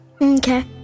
Okay